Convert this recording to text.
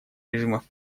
режимов